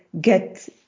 get